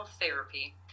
therapy